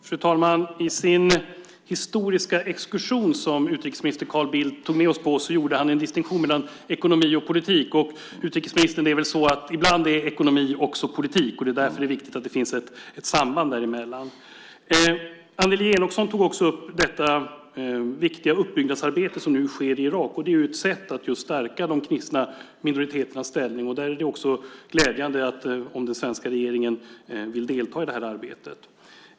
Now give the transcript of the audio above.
Fru talman! I den historiska exkursion som utrikesminister Carl Bildt tog med oss på gjorde han en distinktion mellan ekonomi och politik. Det är väl så, utrikesministern, att ekonomi ibland också är politik. Det är därför det är viktigt att det finns ett samband däremellan. Annelie Enochson tog upp det viktiga uppbyggnadsarbete som nu sker i Irak. Det är ett sätt att stärka de kristna minoriteternas ställning. Det är glädjande om den svenska regeringen vill delta i arbetet.